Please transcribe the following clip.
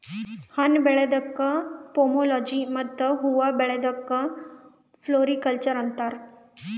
ಹಣ್ಣ್ ಬೆಳ್ಯಾದಕ್ಕ್ ಪೋಮೊಲೊಜಿ ಮತ್ತ್ ಹೂವಾ ಬೆಳ್ಯಾದಕ್ಕ್ ಫ್ಲೋರಿಕಲ್ಚರ್ ಅಂತಾರ್